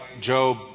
Job